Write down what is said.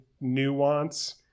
nuance